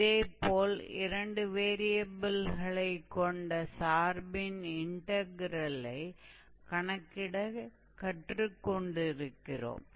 இதே போல இரண்டு வேரியபில்களைக் கொண்ட சார்பின் இன்டக்ரெலைக் கணக்கிடக் கற்றுக் கொண்டிருக்கோம்